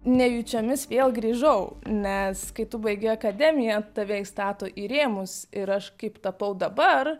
nejučiomis vėl grįžau nes kai tu baigi akademiją tave įstato į rėmus ir aš kaip tapau dabar